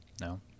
No